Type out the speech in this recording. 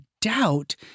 doubt